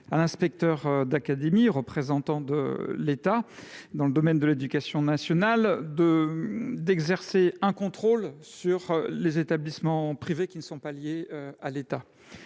à l'inspecteur d'académie, représentant de l'État dans le domaine de l'éducation nationale, d'exercer un contrôle sur les établissements privés qui ne sont pas liés à l'État.